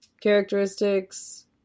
characteristics